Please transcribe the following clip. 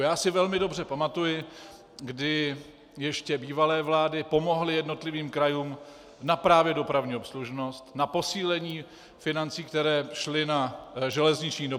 Já si velmi dobře pamatuji, kdy ještě bývalé vlády pomohly jednotlivým krajům právě na dopravní obslužnost, na posílení financí, které šly na železniční dopravu.